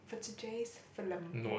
for today's film